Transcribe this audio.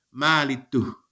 Malitu